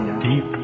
deep